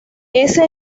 ese